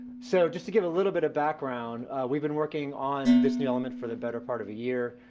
so, just to give a little bit of background. we've been working on this new element for the better part of a year,